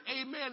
amen